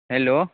hello